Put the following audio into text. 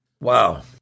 Wow